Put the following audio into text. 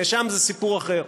נאשם זה סיפור אחר,